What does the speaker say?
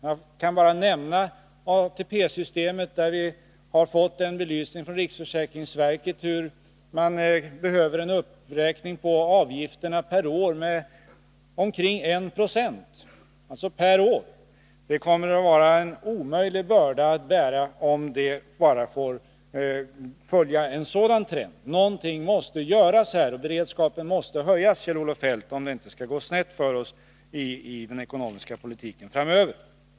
Jag kan bara nämna ATP-systemet, där vi har fått en belysning från riksförsäkringsverket hur man behöver en uppräkning på avgifterna med omkring 1 96 per år. Det kommer att vara en omöjlig börda att bära om det får följa en sådan trend. Någonting måste göras. Beredskapen måste höjas, Kjell-Olof Feldt, för att det inte skall gå snett för oss i den ekonomiska politiken framöver.